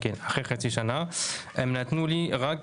העבודה: הטפסים קיימים רק